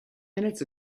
minutes